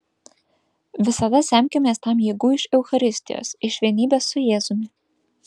visada semkimės tam jėgų iš eucharistijos iš vienybės su jėzumi